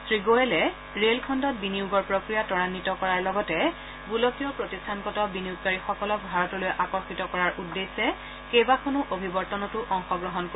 শ্ৰীগোৱেলে ৰে'লখণ্ডত বিনিয়োগৰ প্ৰক্ৰিয়া ত্ৰাম্বিত কৰাৰ লগতে গোলকীয় প্ৰতিষ্ঠানগত বিনিয়োগকাৰীসকলক ভাৰতলৈ আকৰ্ষিত কৰাৰ উদ্দেশ্যে কেইবাখনো অভিৱৰ্তনতো অংশগ্ৰহণ কৰিব